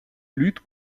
lutte